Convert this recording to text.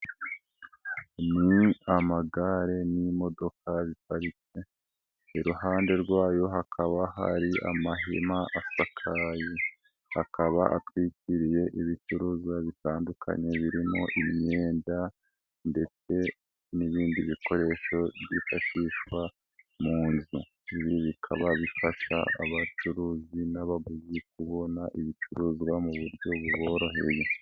Ni amagare n'imodoka ziparitse, iruhande rwayo hakaba hari amahema asakaye, akaba atwikiriye ibicuruzwa bitandukanye birimo imyenda ndetse n'ibindi bikoresho byifashishwa mu nzu, ibi bikaba bifasha abacuruzi n'abaguzi kubona ibicuruzwa mu buryo buboroheye.